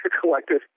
collected